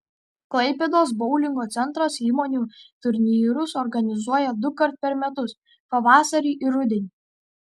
klaipėdos boulingo centras įmonių turnyrus organizuoja dukart per metus pavasarį ir rudenį